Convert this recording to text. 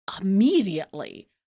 immediately